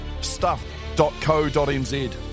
Stuff.co.nz